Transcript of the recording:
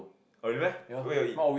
really meh where you all eat